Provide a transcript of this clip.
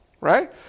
right